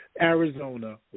Arizona